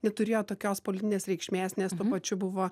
neturėjo tokios politinės reikšmės nes tuo pačiu buvo